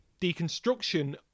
deconstruction